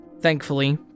Thankfully